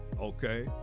okay